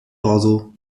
torso